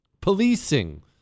policing